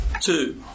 Two